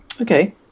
Okay